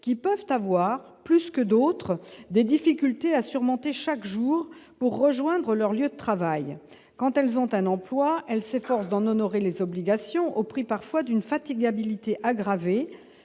qui peuvent avoir plus que d'autres, des difficultés à surmonter chaque jour pour rejoindre leur lieu de travail quand elles ont un emploi, elle s'efforce d'en honorer les obligations au prix parfois d'une fatigabilité aggravée